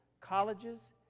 colleges